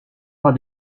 pas